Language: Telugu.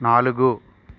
నాలుగు